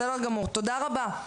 בסדר גמור, תודה רבה.